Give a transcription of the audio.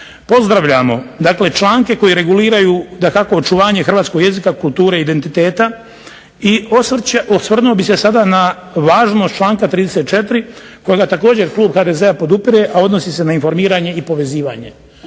pozdravljamo dakle članke koji reguliraju očuvanje hrvatskog jezika, kulture i identiteta. I osvrnuo bih se sada na važnost članka 34. kojega također klub HDZ-a podupire, a odnosi se na informiranje i povezivanje.